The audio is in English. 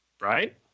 Right